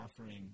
offering